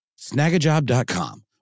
Snagajob.com